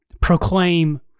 proclaim